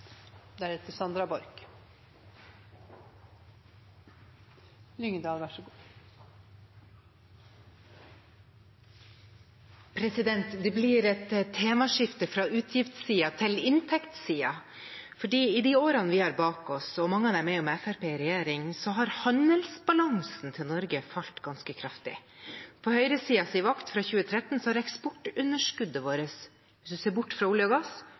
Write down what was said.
blir et temaskifte, fra utgiftssiden til inntektssiden. I de årene vi har bak oss – mange av dem med Fremskrittspartiet i regjering – har Norges handelsbalanse falt ganske kraftig. På høyresidens vakt fra 2013 har eksportunderskuddet vårt, hvis en ser bort fra olje og gass,